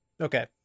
Okay